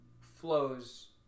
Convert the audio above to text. flows